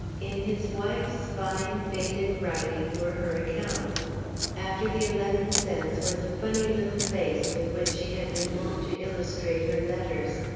in his wife's fine faded writing were her accounts after the eleven cents was a funny little face with which she had been wont to illustrate her letters.